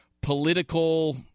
political –